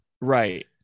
Right